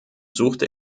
suchte